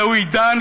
זהו עידן,